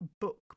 book